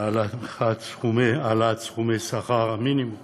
(העלאת סכומי שכר מינימום,